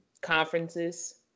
conferences